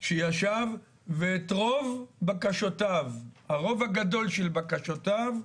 שישב ואת רוב בקשותיו, הרוב הגדול של בקשותיו,